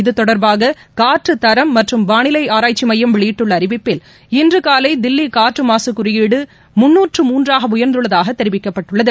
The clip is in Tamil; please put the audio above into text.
இதுதொடர்பாக காற்றுத்தரம் மற்றும் வாளிலை ஆராய்ச்சி மையம் வெளியிட்டுள்ள அறிவிப்பில் இன்று காலை தில்லி காற்றுமாசு குறியீடு முந்நூற்று மூன்றாக உயர்ந்துள்ளதாக தெரிவிக்கப் பட்டுள்ளது